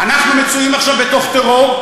אנחנו מצויים עכשיו בתוך טרור,